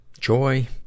joy